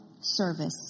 service